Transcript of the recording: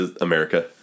America